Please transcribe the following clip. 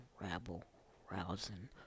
rabble-rousing